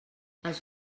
els